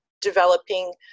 developing